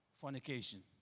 fornication